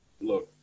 look